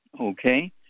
Okay